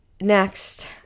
next